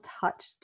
touch